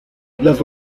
las